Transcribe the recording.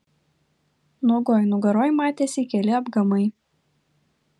nuogoj nugaroj matėsi keli apgamai